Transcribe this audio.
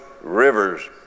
rivers